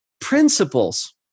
principles